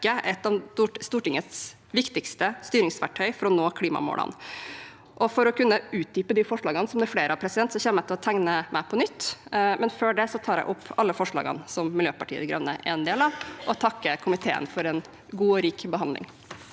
et av Stortingets viktigste styringsverktøy for å nå klimamålene. For å kunne utdype de forslagene, som det er flere av, kommer jeg til å tegne meg på nytt – men før det tar jeg opp alle forslagene som Miljøpartiet De Grønne er med på, og jeg takker komiteen for en god og rik behandling.